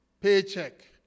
paycheck